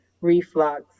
reflux